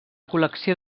col·lecció